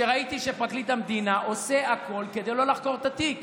שראיתי שפרקליט המדינה עושה הכול כדי לא לחקור את התיק.